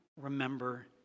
Remember